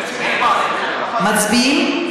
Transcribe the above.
מצביעים?